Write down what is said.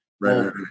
Right